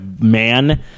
man